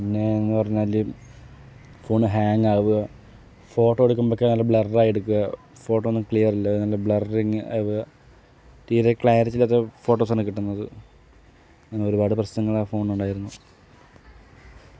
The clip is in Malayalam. പിന്നെ എന്നു പറഞ്ഞാൽ ഫോൺ ഹാങ്ങ് ആവുക ഫോട്ടോ എടുക്കുമ്പോളൊക്കെ നല്ല ബ്ലർ ആയി എടുക്കുക ഫോട്ടോ ഒന്നും ക്ലിയർ അല്ല നല്ല ബ്ലറിങ്ങ് ആവുക തീരെ ക്ലാരിറ്റി ഇല്ലാത്ത ഫോട്ടോസാണ് കിട്ടുന്നത് അങ്ങനൊരുപാട് പ്രശ്നങ്ങൾ ആ ഫോണിനുണ്ടായിരുന്നു